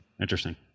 Interesting